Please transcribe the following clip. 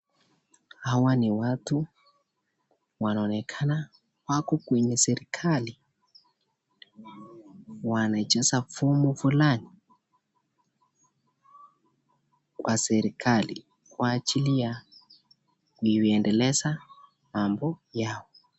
Hwa ni watu wanaonekana wako kwenye serikali, wanajaza fomu fulani kwa serikali, kwa ajili ya kuendeleza mambo yao.